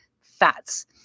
fats